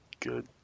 Good